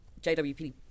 JWP